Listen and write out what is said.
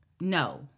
no